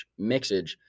mixage